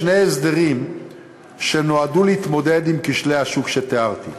שני הסדרים שנועדו להתמודד עם כשלי השוק שתיארתי.